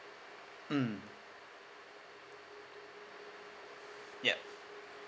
mm ya